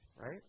Right